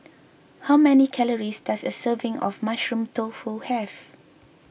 how many calories does a serving of Mushroom Tofu have